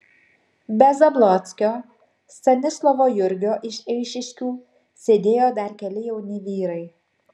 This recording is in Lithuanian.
be zablockio stanislovo jurgio iš eišiškių sėdėjo dar keli jauni vyrai